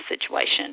situation